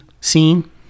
scene